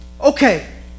okay